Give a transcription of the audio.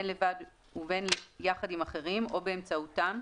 בין לבד ובין יחד עם אחרים או באמצעותם,